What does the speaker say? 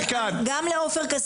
גם לא מותר להעיר כאן.